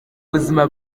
ubuzima